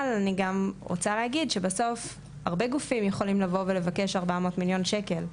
אבל אני רוצה להגיד שהרבה גופים יכולים לבוא ולבקש 400 מיליון שקלים,